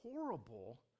Horrible